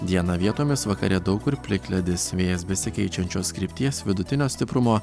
dieną vietomis vakare daug kur plikledis vėjas besikeičiančios krypties vidutinio stiprumo